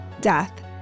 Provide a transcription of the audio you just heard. death